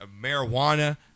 marijuana